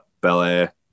Belair